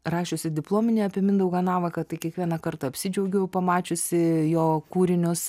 rašiusi diplominį apie mindaugą navaką tai kiekvieną kartą apsidžiaugiu pamačiusi jo kūrinius